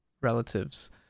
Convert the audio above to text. relatives